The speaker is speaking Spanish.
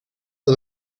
las